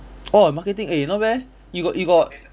orh marketing eh not bad eh you got you got